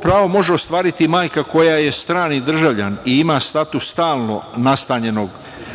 pravo može ostvariti majka koja je strani državljanin i ima status stalno nastanjenog